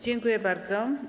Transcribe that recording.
Dziękuję bardzo.